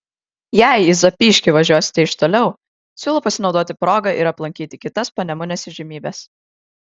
jei į zapyškį važiuosite iš toliau siūlau pasinaudoti proga ir aplankyti kitas panemunės įžymybes